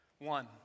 One